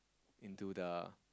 into the